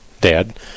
Dad